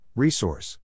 Resource